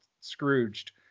Scrooged